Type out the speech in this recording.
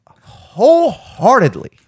wholeheartedly